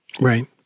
Right